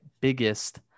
biggest